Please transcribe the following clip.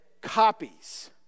copies